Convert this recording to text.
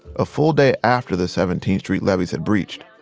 a full day after the seventeenth street levees had breached.